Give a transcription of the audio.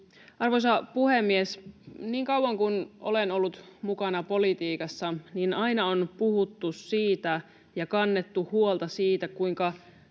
Arvoisa puhemies! Niin kauan kuin olen ollut mukana politiikassa, aina on puhuttu siitä ja kannettu huolta siitä, kuinka